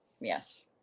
Yes